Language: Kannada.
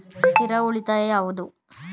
ಸ್ಥಿರ ಉಳಿತಾಯ ಯಾವುದು?